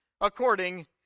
according